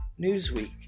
Newsweek